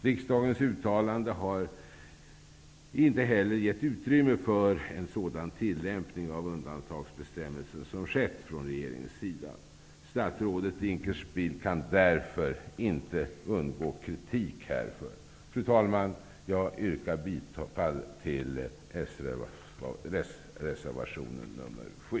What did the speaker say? Riksdagens uttalanden har inte heller gett utrymme för en sådan tillämpning av undantagsbestämmelsen som skett från regeringens sida. Statsrådet Dinkelspiel kan därför inte undgå kritik härför. Fru talman! Jag yrkar bifall till s-reservationen nr 7.